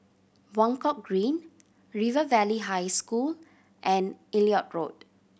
Buangkok Green River Valley High School and Elliot Road